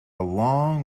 long